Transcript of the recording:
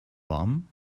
warm